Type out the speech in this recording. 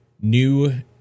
new